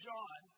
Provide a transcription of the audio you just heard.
John